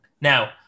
Now